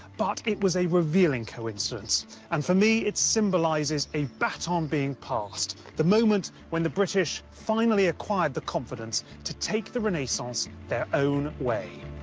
but it was a revealing coincidence and, for me, it symbolises a baton being passed the moment when the british finally acquired the confidence to take the renaissance their own way.